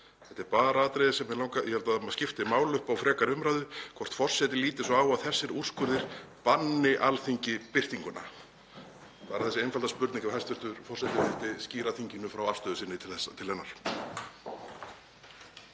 Þetta er atriði sem ég held að skipti máli upp á frekari umræðu, hvort forseti líti svo á að þessir úrskurðir banni Alþingi birtinguna. Bara þessi einfalda spurning, ef hæstv. forseti myndi skýra þinginu frá afstöðu sinni til hennar.